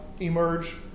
emerge